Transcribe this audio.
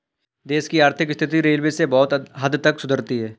देश की आर्थिक स्थिति रेलवे से बहुत हद तक सुधरती है